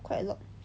quite a lot